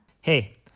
Hey